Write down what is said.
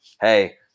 hey